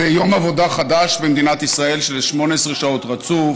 זה יום עבודה חדש במדינת ישראל, של 18 שעות רצוף?